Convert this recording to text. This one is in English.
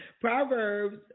Proverbs